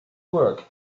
work